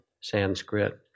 Sanskrit